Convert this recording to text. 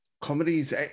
comedies